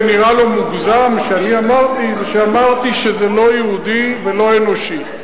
שמה שנראה לו מוגזם שאני אמרתי זה שאמרתי שזה לא יהודי ולא אנושי.